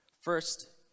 First